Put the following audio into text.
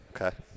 okay